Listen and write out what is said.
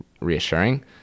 reassuring